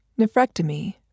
nephrectomy